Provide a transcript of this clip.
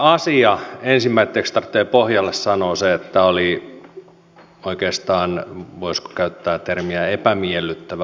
ensimmäiseksi tarvitsee tämän asian pohjalle sanoa se että tämä oli oikeastaan voisiko käyttää termiä epämiellyttävä asia käsitellä